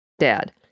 Dad